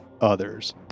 others